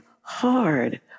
hard